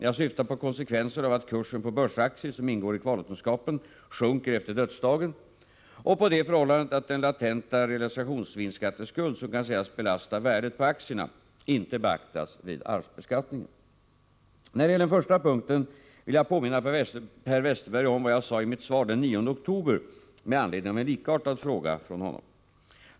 Jag syftar på konsekvenserna av att kursen på börsaktier som ingår i kvarlåtenskapen sjunker efter dödsdagen och på det förhållandet att den latenta realisationsvinstskatteskuld som kan sägas belasta värdet på aktierna inte beaktas vid arvsbeskattningen. När det gäller den första punkten vill jag påminna Per Westerberg om vad jag sade i mitt svar den 9 oktober med anledning av en likartad fråga från honom.